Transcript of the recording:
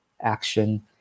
action